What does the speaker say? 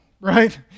right